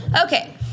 Okay